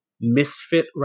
misfit